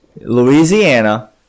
Louisiana